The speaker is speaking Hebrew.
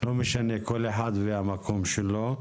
לא משנה, כל אחד והמקום שלו.